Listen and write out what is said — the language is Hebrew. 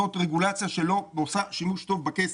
זאת רגולציה שלא עושה שימוש טוב בכסף.